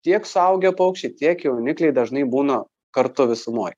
tiek suaugę paukščiai tiek jaunikliai dažnai būna kartu visumoj